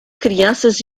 crianças